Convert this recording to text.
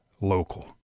local